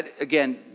again